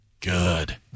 Good